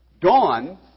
Dawn